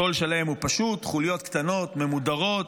התו"ל שלהם הוא פשוט: חוליות קטנות, ממודרות,